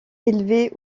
élevée